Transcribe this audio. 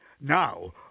Now